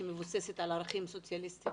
שמבוססת על ערכים סוציאליסטיים